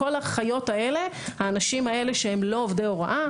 כל החיות האלה, האנשים האלה שהם לא עובדי הוראה